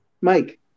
Mike